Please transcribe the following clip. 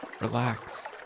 Relax